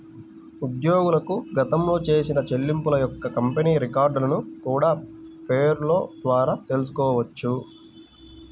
ఉద్యోగులకు గతంలో చేసిన చెల్లింపుల యొక్క కంపెనీ రికార్డులను కూడా పేరోల్ ద్వారా తెల్సుకోవచ్చు